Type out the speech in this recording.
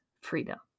freedom